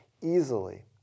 easily